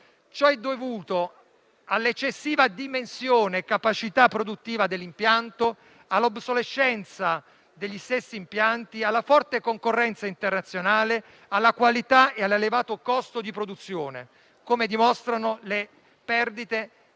Ciò è dovuto all'eccessiva dimensione e capacità produttiva dell'impianto, all'obsolescenza degli stessi impianti, alla forte concorrenza internazionale, alla qualità e all'elevato costo di produzione, come dimostrano le perdite di